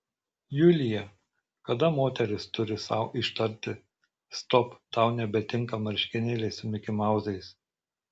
julija kada moteris turi sau ištarti stop tau nebetinka marškinėliai su mikimauzais